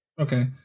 Okay